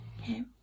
Okay